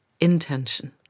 intention